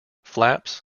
flaps